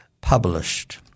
published